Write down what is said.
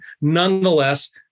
nonetheless